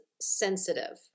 sensitive